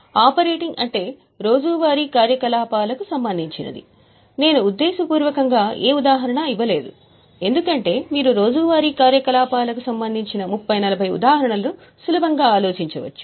operating అంటే రోజు వారి eకార్యకలాపాలకు సంబంధించినది నేను ఉద్దేశపూర్వకంగా ఏ ఉదాహరణ ఇవ్వలేదు ఎందుకంటే మీరు రోజువారీ కార్యకలాపాలకు సంబంధించిన 30 40 ఉదాహరణలను సులభంగా ఆలోచించవచ్చు